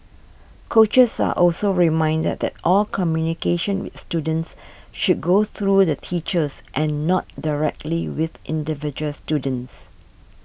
coaches are also reminded that all communication with students should go through the teachers and not directly with individual students